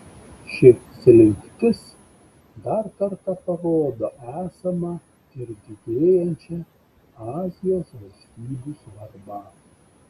ši slinktis dar kartą parodo esamą ir didėjančią azijos valstybių svarbą